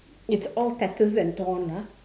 it's all tattered and torn ah